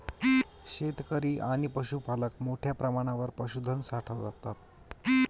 शेतकरी आणि पशुपालक मोठ्या प्रमाणावर पशुधन वाढवतात